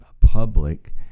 public